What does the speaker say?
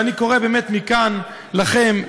ואני קורא מכאן לכם,